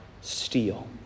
steal